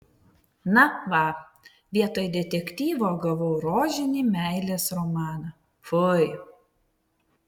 na va vietoj detektyvo gavau rožinį meilės romaną fui